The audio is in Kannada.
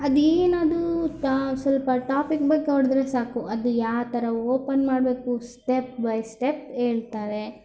ಅದು ಏನದು ತ ಸ್ವಲ್ಪ ಟಾಪಿಕ್ ಬಗ್ನೋಡಿದರೆ ಸಾಕು ಅದು ಯಾವ್ಥರ ಓಪನ್ ಮಾಡಬೇಕು ಸ್ಟೆಪ್ ಬೈ ಸ್ಟೆಪ್ ಹೇಳ್ತಾರೆ